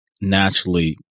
naturally